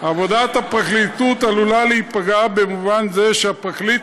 עבודת הפרקליטות עלולה להיפגע במובן זה שהפרקליט